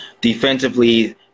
Defensively